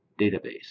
Database